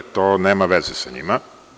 To nema veze sa njima.